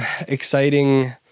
exciting